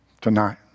Tonight